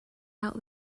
out